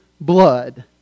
blood